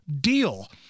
deal